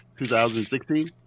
2016